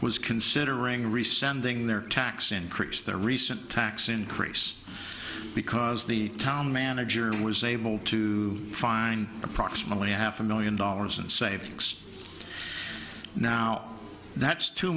was considering resounding their tax increase their recent tax increase because the town manager was able to find approximately half a million dollars in savings now that's two